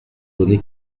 donné